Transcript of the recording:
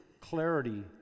clarity